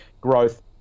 growth